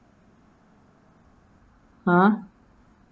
!huh!